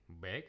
back